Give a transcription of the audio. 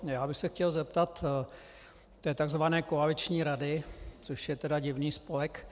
Já bych se chtěl zeptat takzvané koaliční rady, což je tedy divný spolek.